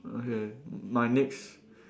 okay my next